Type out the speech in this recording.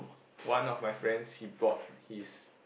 one of my friends he brought his